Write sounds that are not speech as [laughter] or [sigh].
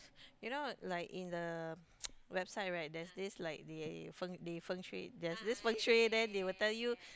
you know like in the [noise] website right there's this like the feng~ they fengshui there's this fengshui then they will tell you